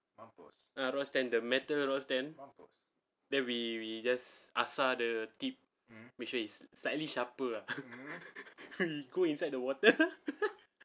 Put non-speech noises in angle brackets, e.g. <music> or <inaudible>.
rod stand the metal rod stand then we we just asar the tip make sure it's slightly sharper lah <laughs> we go inside the water <laughs>